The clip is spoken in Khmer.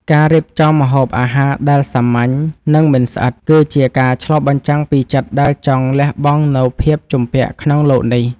ការរៀបចំម្ហូបអាហារដែលសាមញ្ញ និងមិនស្អិត គឺជាការឆ្លុះបញ្ចាំងពីចិត្តដែលចង់លះបង់នូវភាពជំពាក់ក្នុងលោកនេះ។